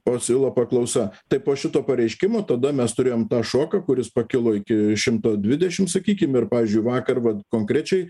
pakilo paklausa tai po šito pareiškim tada mes turėjom tą šoką kuris pakilo iki šimto dvidešim sakykim ir pavyzdžiui vakar vat konkrečiai